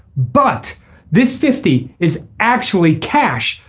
but this fifty is actually cash.